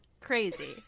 crazy